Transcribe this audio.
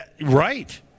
Right